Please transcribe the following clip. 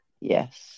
Yes